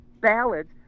ballads